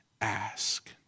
ask